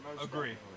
Agree